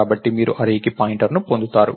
కాబట్టి మీరు అర్రేకి పాయింటర్ని పొందుతారు